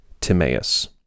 Timaeus